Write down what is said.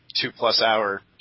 two-plus-hour